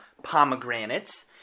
pomegranates